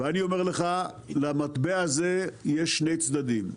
ואני אומר לך, למטבע הזה יש שני צדדים.